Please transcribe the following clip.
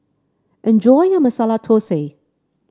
enjoy your Masala Thosai